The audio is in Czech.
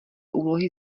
úlohy